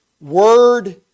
word